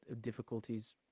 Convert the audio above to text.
difficulties